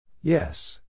Yes